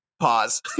pause